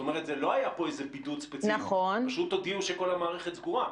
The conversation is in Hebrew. לא היה בידוד ספציפי, סגרו את כל המערכת.